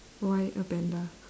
why a panda